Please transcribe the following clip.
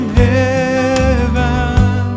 heaven